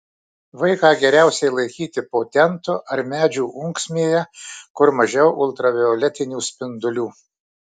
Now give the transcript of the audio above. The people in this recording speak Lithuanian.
vaiką geriausiai laikyti po tentu ar medžių ūksmėje kur mažiau ultravioletinių spindulių